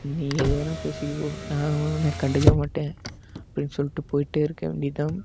நீ எதுவேனால் பேசிட்டுப்போ நான் உன்னை கண்டுக்க மாட்டேன் அப்படின்னு சொல்லிட்டு போயிட்டே இருக்க வேண்டியதுதான்